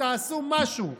תעשו משהו,